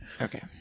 Okay